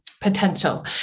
potential